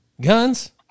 guns